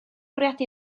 bwriadu